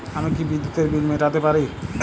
আমি কি বিদ্যুতের বিল মেটাতে পারি?